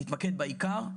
להתמקד בעיקר,